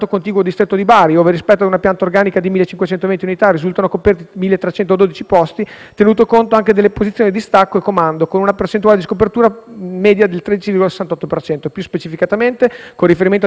1.312 posti, tenuto conto anche delle posizioni di distacco e comando, con una percentuale di scopertura media del 13,68 per cento. Più specificatamente, con riferimento al distretto di Lecce si osserva che, quanto al personale con qualifica di assistente giudiziario,